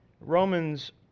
Romans